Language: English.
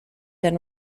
and